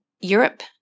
Europe